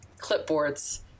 clipboards